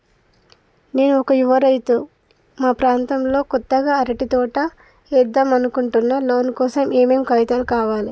నేను ఒక యువ రైతుని మా ప్రాంతంలో కొత్తగా అరటి తోట ఏద్దం అనుకుంటున్నా లోన్ కోసం ఏం ఏం కాగితాలు కావాలే?